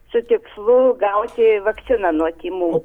su tikslu gauti vakciną nuo tymų